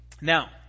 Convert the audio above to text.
Now